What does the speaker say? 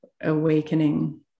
awakening